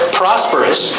prosperous